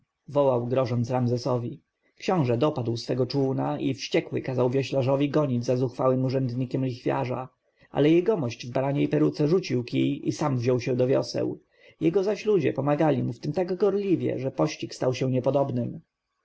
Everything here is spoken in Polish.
wołał grożąc ramzesowi książę dopadł swego czółna i wściekły kazał wioślarzowi gonić za zuchwałym urzędnikiem lichwiarza ale jegomość w baraniej peruce rzucił kij i sam wziął się do wioseł jego zaś ludzie pomagali mu tak gorliwie że pościg stał się niepodobnym